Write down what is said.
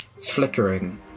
flickering